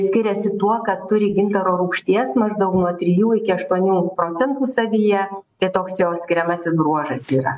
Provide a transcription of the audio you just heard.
skiriasi tuo kad turi gintaro rūgšties maždaug nuo trijų iki aštuonių procentų savyje tai toks jo skiriamasis bruožas yra